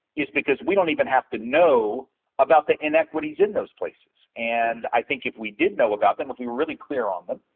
is because we don't even have to know about the inequities in those places. and i think if we did know about them, if we were really clear on them,